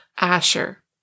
Asher